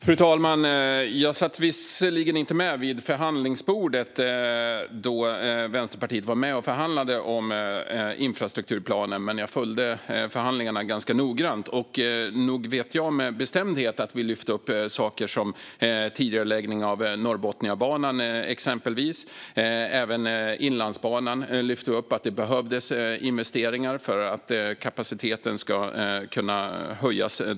Fru talman! Jag satt visserligen inte med vid förhandlingsbordet då Vänsterpartiet var med och förhandlade om infrastrukturplanen, men jag följde förhandlingarna ganska noggrant. Och nog vet jag med bestämdhet att vi lyfte upp exempelvis tidigareläggning av Norrbotniabanan. Vi lyfte även upp att det behövdes investeringar för att öka kapaciteten på Inlandsbanan.